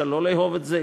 אפשר לא לאהוב את זה,